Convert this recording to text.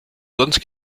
sonst